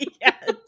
Yes